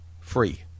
free